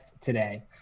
today